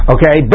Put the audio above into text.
Okay